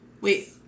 Wait